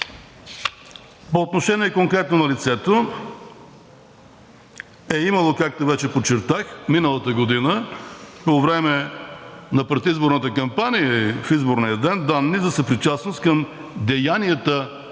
По отношение конкретно на лицето е имало, както вече подчертах, миналата година по време на предизборната кампания или в изборния ден данни за съпричастност към деянията